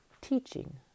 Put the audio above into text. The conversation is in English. Teaching